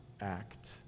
act